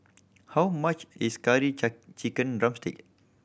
how much is curry chicken drumstick